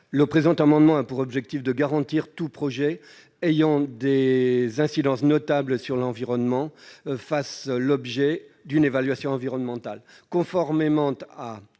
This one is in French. le premier signataire. Il a pour objectif de garantir que tout projet ayant des incidences notables sur l'environnement fasse l'objet d'une évaluation environnementale,